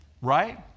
Right